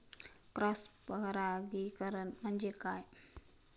Cross परागीकरण म्हणजे काय?